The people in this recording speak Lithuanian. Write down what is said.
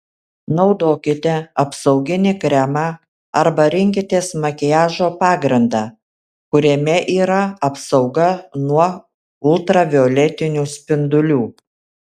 naudokite apsauginį kremą arba rinkitės makiažo pagrindą kuriame yra apsauga nuo ultravioletinių spindulių